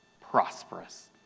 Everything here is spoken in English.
prosperous